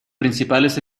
principales